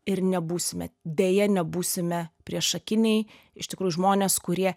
ir nebūsime deja nebūsime priešakiniai iš tikrųjų žmonės kurie